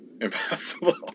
impossible